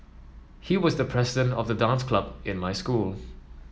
he was the president of the dance club in my school